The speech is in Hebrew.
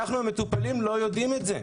אנחנו המטופלים לא יודעים את זה.